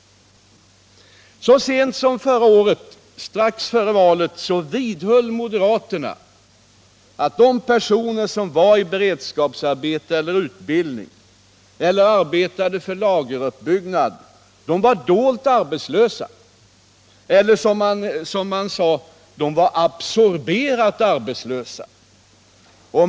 Så sent som förra året, strax före valet, vidhöll moderaterna att de personer som var i beredskapsarbete eller utbildning eller arbetade för lageruppbyggnad var dolt arbetslösa eller, som man sade, ”absorberat arbetslösa”.